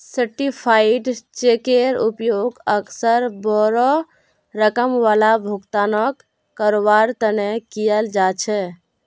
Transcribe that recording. certified चेकेर उपयोग अक्सर बोडो रकम वाला भुगतानक करवार तने कियाल जा छे